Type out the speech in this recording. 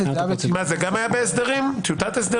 זה גם היה בטיוטת הסדרים?